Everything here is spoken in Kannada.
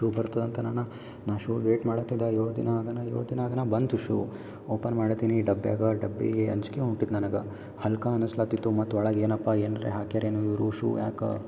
ಶೂ ಬರ್ತದಂತ ನಾನು ನಾ ಶೂ ವೇಟ್ ಮಾಡಾತಿದ್ದೆ ಏಳು ದಿನ ಆಗಾನ ಏಳು ದಿನ ಆಗಾನ ಬಂತು ಶೂ ಒಪನ್ ಮಾಡ್ತೀನಿ ಡಬ್ಯಾಗಾ ಡಬ್ಬಿ ಅಂಜಿಕೆ ಹೊಂಟಿತ್ತು ನನಗೆ ಹಲ್ಕ ಅನಸ್ಲತಿತ್ತು ಮತ್ತು ಒಳಗೆ ಏನಪ್ಪಾ ಏನ್ರೆ ಹಾಕ್ಯರೇನೂ ಇವ್ರು ಶೂ ಯಾಕೆ